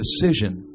decision